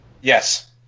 Yes